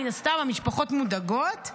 מן הסתם המשפחות מודאגות.